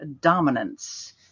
dominance